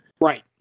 Right